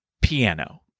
piano